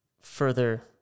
further